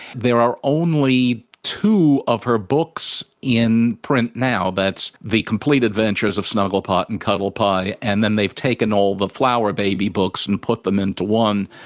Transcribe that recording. there are only two of her books in print now, that's the complete adventures of snugglepot and cuddlepie, and then they've taken all the flower baby books and put them into one.